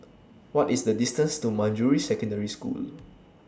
What IS The distance to Manjusri Secondary School